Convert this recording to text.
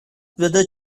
brother